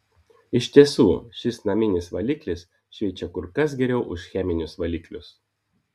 iš tiesų šis naminis valiklis šveičia kur kas geriau už cheminius valiklius